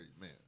man